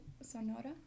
Sonora